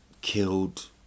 killed